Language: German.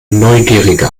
neugierige